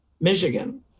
Michigan